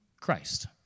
Christ